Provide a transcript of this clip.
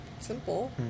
simple